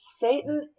Satan